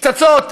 פצצות,